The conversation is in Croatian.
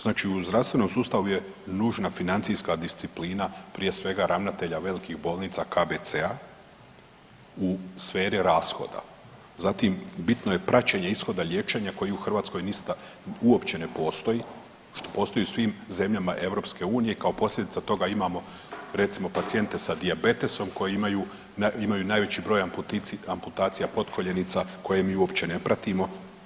Znači u zdravstvenom sustavu je nužna financijska disciplina prije svega ravnatelja velikih bolnica KBC-a u sferi rashoda, zatim bitno je praćenje ishoda liječenja koji u Hrvatskoj ista uopće ne postoji što postoji u svim zemljama EU, kao posljedica toga imamo recimo pacijente sa dijabetesom koji imaju, imaju najveći broj amputacija potkoljenica koje mi uopće ne pratimo.